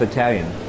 Italian